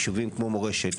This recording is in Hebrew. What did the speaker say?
ישובים כמו מורשת,